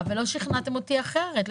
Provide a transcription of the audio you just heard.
ללשכת הפרסום, ולא שכנעתם אותי אחרת.